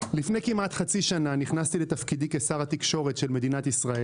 לפני כמעט חצי שנה נכנסתי לתפקידי כשר התקשורת של מדינת ישראל.